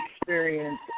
experience